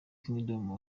kingdom